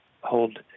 hold